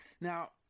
Now